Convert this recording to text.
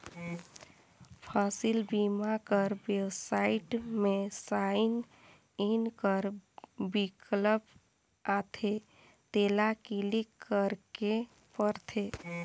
फसिल बीमा कर बेबसाइट में साइन इन कर बिकल्प आथे तेला क्लिक करेक परथे